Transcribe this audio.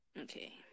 okay